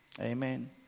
Amen